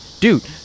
Dude